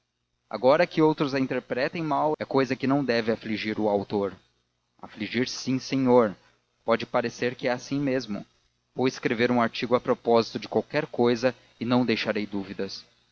agora que outros as interpretem mal é cousa que não deve afligir o autor afligir sim senhor pode parecer que é assim mesmo vou escrever um artigo a propósito de qualquer cousa e não deixarei dúvidas